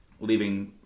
leaving